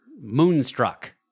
Moonstruck